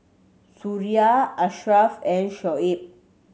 Suria Ashraf and Shoaib